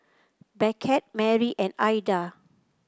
Beckett Marry and Aida